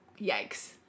Yikes